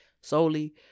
solely